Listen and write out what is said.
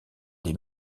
des